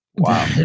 Wow